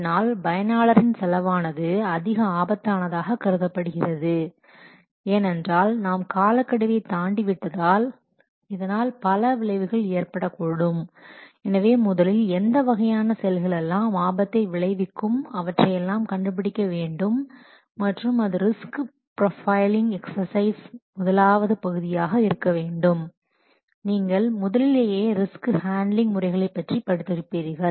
இதனால் பயனாளரின் செலவானது அதிக ஆபத்தானதாக கருதப்படுகிறது ஏனென்றால் நாம் காலக்கெடுவை தாண்டி விட்டதால் இதனால் பல விளைவுகள் ஏற்படக்கூடும் எனவே முதலில் எந்த வகையான செயல்களெல்லாம் ஆபத்தை விளைவிக்கும் அவற்றையெல்லாம் கண்டுபிடிக்கவேண்டும் மற்றும் அது ரிஸ்க் ப்ரொஃபைல்ங் எக்சசைஸ்முதலாவது பகுதியாக இருக்க வேண்டும் நீங்கள் முதலிலேயே ரிஸ்க் ஹேண்ட்லிங் முறைகளைப் பற்றி படித்திருப்பீர்கள்